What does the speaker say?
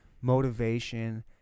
motivation